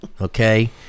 okay